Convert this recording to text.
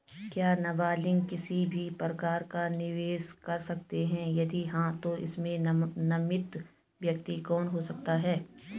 क्या नबालिग किसी भी प्रकार का निवेश कर सकते हैं यदि हाँ तो इसमें नामित व्यक्ति कौन हो सकता हैं?